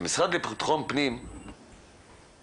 במשרד לביטחון פנים שרואים